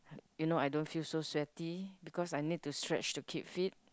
you know I don't feel so sweaty because I need to stretch to keep fit